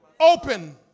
open